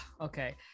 okay